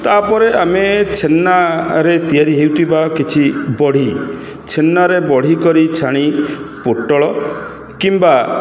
ତା'ପରେ ଆମେ ଛେନାରେ ତିଆରି ହେଉଥିବା କିଛି ବଢ଼ି ଛେନାରେ ବଢ଼ି କରି ଛାଣି ପୋଟଳ କିମ୍ବା